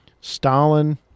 Stalin